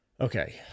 Okay